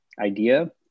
idea